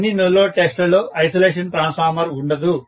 అన్ని no load test లలో isolation transformer ఉండదు